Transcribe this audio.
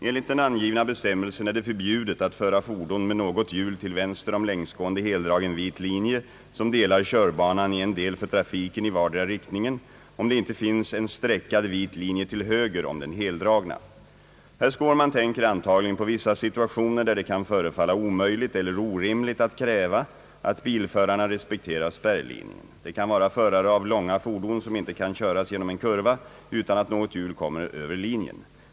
Enligt den angivna bestämmelsen är det förbjudet att föra fordon med något hjul till vänster om längsgående heldragen vit linje, som delar körbanan i en del för trafiken i vardera riktningen, om det inte finns en streckad vit linje till höger om den heldragna. Herr Skårman tänker antagligen på vissa situationer där det kan förefalla omöjligt eller orimligt att kräva att bilförarna respekterar spärrlinjen. Det kan vara förare av långa fordon som inte kan köras genom en kurva utan att något hjul kommer över linjen.